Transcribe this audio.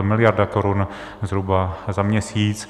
To je miliarda korun zhruba za měsíc.